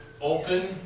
Open